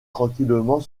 tranquillement